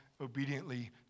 obediently